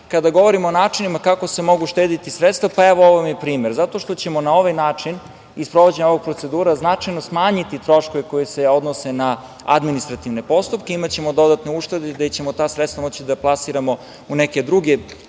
kada govorimo o načinima kako se mogu uštedeti sredstva, pa evo, ovo vam je primer, zato što ćemo na ovaj način i sprovođenje procedura značajno smanjiti troškove koji se odnose na administrativne postupke, imaćemo dodatne uštede gde ćemo ta sredstva moći da plasiramo u neke druge